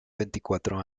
veinticuatro